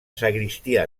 sagristia